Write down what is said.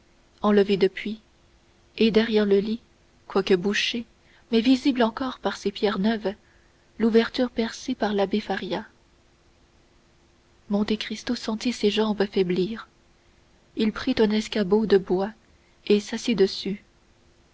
enlevé depuis et derrière le lit quoique bouchée mais visible encore par ses pierres plus neuves l'ouverture percée par l'abbé faria monte cristo sentit ses jambes faiblir il prit un escabeau de bois et s'assit dessus